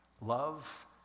Love